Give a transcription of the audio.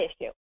issue